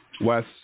Wes